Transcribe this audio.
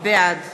בעד